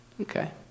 Okay